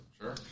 sure